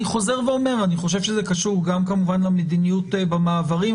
אני חושב שזה קשור גם כמובן למדיניות במעברים,